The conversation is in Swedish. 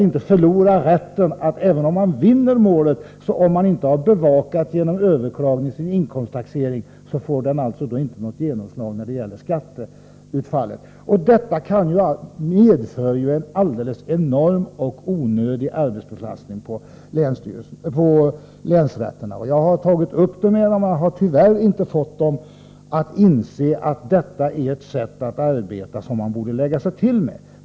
Även om han senare vinner målet kan han förlora möjligheten att få genomslag när det gäller skatteutfallet. Detta medför en enorm och onödig arbetsbelastning på länsrätterna. Jag har tagit upp denna fråga med folk på länsrätterna men tyvärr inte fått dem att inse att de borde lägga sig till med ett mer rationellt sätt att arbeta.